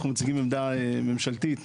אנחנו מציגים עמדה ממשלתית.